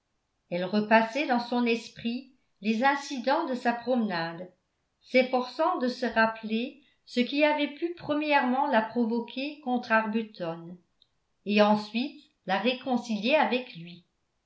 elle repassait dans son esprit les incidents de sa promenade s'efforçant de se rappeler ce qui avait pu premièrement la provoquer contre arbuton et ensuite la réconcilier avec lui